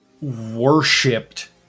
worshipped